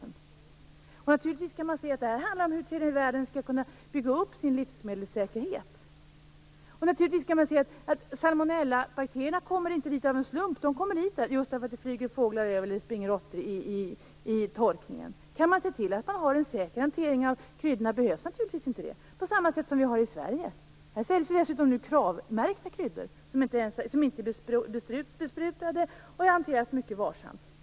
Detta handlar naturligtvis om hur tredje världen skall kunna bygga upp sin livsmedelssäkerhet. Salmonellabakterierna kommer inte dit av en slump. De kommer dit genom att det flyger fåglar över eller genom att det springer råttor i torkningen. Om man kan se till att man har en säker hantering av kryddorna behövs detta naturligtvis inte. Så har vi det ju i Sverige. Här säljs dessutom KRAV-märkta kryddor som inte är besprutade och hanteras mycket varsamt.